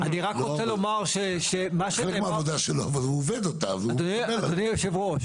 זה שווה פי ארבע,